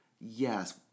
yes